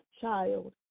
child